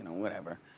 whatever.